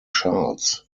charles